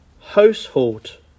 household